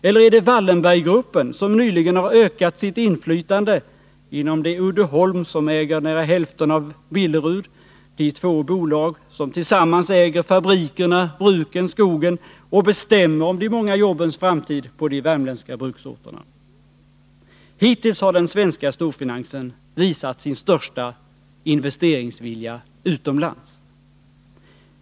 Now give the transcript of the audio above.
Eller är det Wallenberggruppen, som nyligen har ökat sitt inflytande inom det Uddeholm som äger hälften av Billerud — de två bolag som tillsammans äger fabrikerna, bruken, skogen och bestämmer om de många jobbens framtid på de värmländska bruksorterna? Hittills har den svenska storfinansen visat sin största investeringsvilja utomlands.